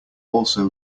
also